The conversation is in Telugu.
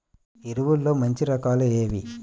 ఎరువుల్లో మంచి రకాలు ఏవి?